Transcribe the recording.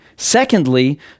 Secondly